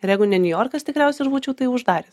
ir jeigu ne niujorkas tikriausiai aš būčiau tai uždar